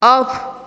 of